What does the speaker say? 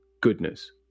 goodness